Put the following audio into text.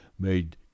made